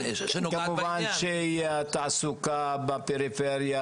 כמובן שהתעסוקה בפריפריה,